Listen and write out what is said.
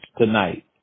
tonight